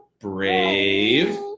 brave